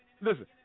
listen